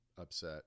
upset